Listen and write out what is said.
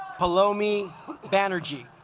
hello me banerjee